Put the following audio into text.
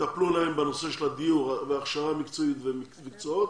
יטפלו להם בנושא של הדיור וההכשרה המקצועית ותעסוקה,